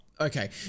Okay